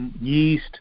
yeast